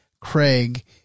Craig